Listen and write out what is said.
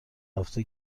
هفته